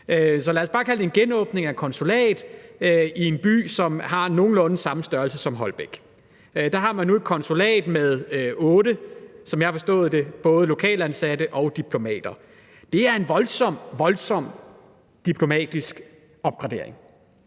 Så lad os bare kalde det en genåbning af et konsulat i en by, som har nogenlunde samme størrelse som Holbæk. Der har man nu en konsulat med otte, som jeg har forstået det, både lokalt ansatte og diplomater, og det er en meget voldsom diplomatisk opgradering.